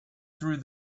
through